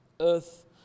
earth